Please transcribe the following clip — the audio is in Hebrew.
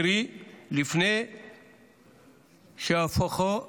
קרי לפני שהפכו לחוב.